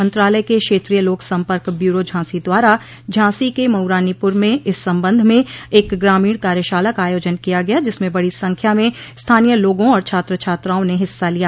मंत्रालय के क्षेत्रीय लोक सम्पर्क ब्यूरो झांसी द्वारा झांसी के मऊरानीपुर में इस संबंध में एक ग्रामीण कार्यशाला का आयोजन किया गया जिसमें बड़ी संख्या में स्थानीय लोगों और छात्र छात्राओं ने हिस्सा लिया